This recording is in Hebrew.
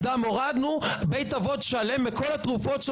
הורדנו לחץ דם לבית אבות שלם ואת כל התרופות,